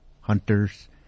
hunters